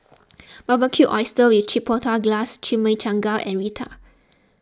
Barbecued Oysters with Chipotle Glaze Chimichangas and Raita